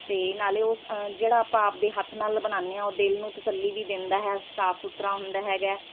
ਅਤੇ ਨਾਲੇ ਉਸ ਜਿਹੜਾ ਆਪਾਂ ਆਪਣੇ ਹੱਥ ਨਾਲ ਬਣਾਉਂਦੇ ਹਾਂ ਉਹ ਦਿਲ ਨੂੰ ਤਸੱਲੀ ਵੀ ਦਿੰਦਾ ਹੈ ਸਾਫ਼ ਸੁਥਰਾ ਹੁੰਦਾ ਹੈਗਾ